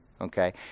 Okay